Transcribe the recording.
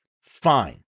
fine